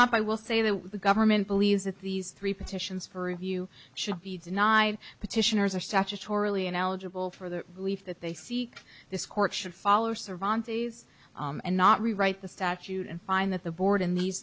up i will say that the government believes that these three petitions for review should be denied petitioners are statutorily ineligible for the relief that they seek this court should follow saran days and not rewrite the statute and find that the board in these